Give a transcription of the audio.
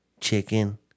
chicken